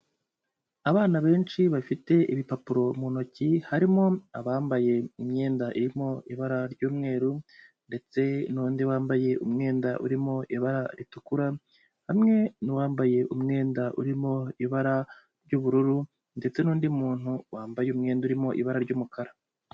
Abana benshi bafite ibipapuro mu ntoki, harimo abambaye imyenda irimo ibara ry'umweru, ndetse n'undi wambaye umwenda urimo ibara ritukura, hamwe n'uwambaye umwenda urimo ibara ry'ubururu, ndetse n'undi muntu wambaye umwenda urimo ibara ry'umukara.